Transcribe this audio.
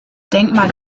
denkmal